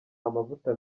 amavuta